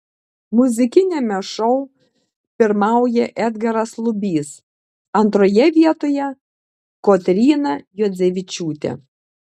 muzikiniame šou pirmauja edgaras lubys antroje vietoje kotryna juodzevičiūtė